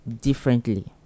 differently